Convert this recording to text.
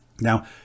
Now